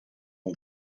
ere